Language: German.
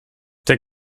der